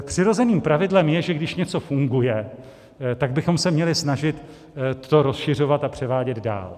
Přirozeným pravidlem je, že když něco funguje, tak bychom se měli snažit to rozšiřovat a převádět dál.